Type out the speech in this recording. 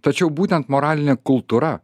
tačiau būtent moralinė kultūra